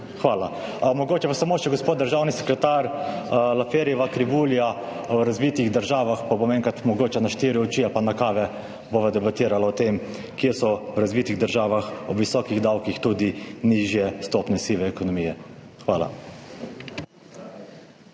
Hvala. Mogoče pa samo še, gospod državni sekretar. Lafferjeva krivulja v razvitih državah, pa bom enkrat mogoče na štiri oči ali pa na kave, bova debatirala o tem, kje so v razvitih državah ob visokih davkih tudi nižje stopnje sive ekonomije. **38.